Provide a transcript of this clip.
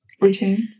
routine